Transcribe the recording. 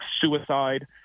suicide